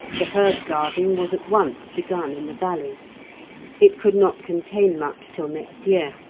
the herb-garden was at once begun in the valley it could not contain much till next year,